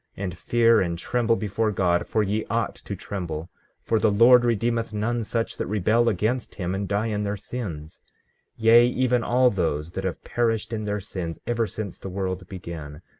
and fear, and tremble before god, for ye ought to tremble for the lord redeemeth none such that rebel against him and die in their sins yea, even all those that have perished in their sins ever since the world began,